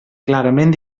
clarament